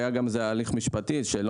כבר היה הליך משפטי שבו